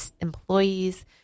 employees